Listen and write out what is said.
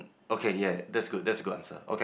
okay yea that's good that's good answer okay